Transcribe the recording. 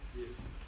Yes